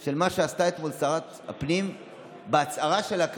של מה שעשתה אתמול שרת הפנים בהצהרה שלה כאן,